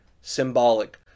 symbolic